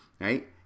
right